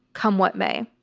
come what may.